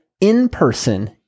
in-person